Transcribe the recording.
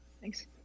thanks